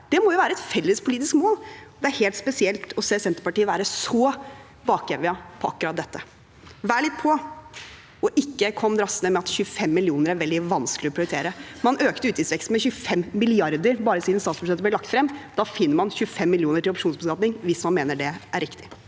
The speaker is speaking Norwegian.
Det må jo være et felles politisk mål. Det er helt spesielt å se Senterpartiet være så i bakevjen på akkurat dette. Vær litt på og ikke kom drassende med at 25 mill. kr er veldig vanskelig å prioritere. Man har økt utgiftsveksten med 25 mrd. kr bare siden statsbudsjettet ble lagt frem. Da finner man 25 mill. kr til opsjonsbeskatning hvis man mener det er riktig.